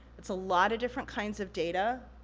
it's a lot of different kinds of data.